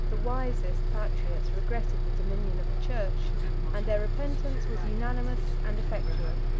the wisest patriots regretted the dominion of the church and their repentance was unanimous and effectual.